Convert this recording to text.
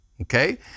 Okay